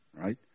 Right